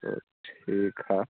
तो ठीक है